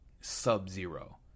sub-zero